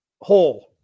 hole